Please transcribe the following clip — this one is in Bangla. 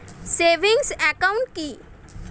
সেভিংস একাউন্ট কি?